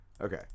Okay